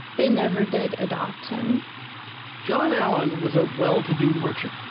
they never did adopt him john allen was a well-to-do merchant.